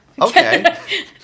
Okay